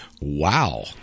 Wow